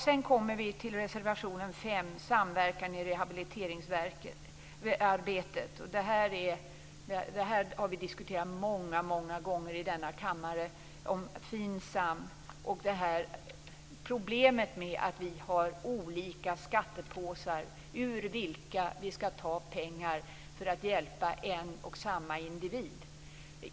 Sedan kommer vi till reservationen 5 - Samverkan i rehabiliteringsarbetet. Detta har vi diskuterat många gånger i denna kammare. Det gäller FINSAM och problemet att vi har olika skattepåsar ur vilka vi skall ta pengar för att hjälpa en och samma individ.